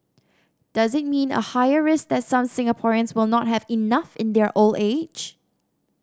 does it mean a higher risk that some Singaporeans will not have enough in their old age